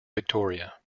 victoria